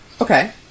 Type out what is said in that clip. Okay